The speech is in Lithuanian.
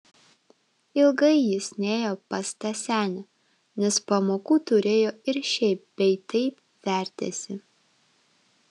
ilgai jis nėjo pas tą senę nes pamokų turėjo ir šiaip bei taip vertėsi